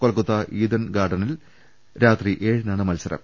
Kolkata Eden ഗാർഡൻസിൽ രാത്രി ഏഴിനാണ് മത്സരം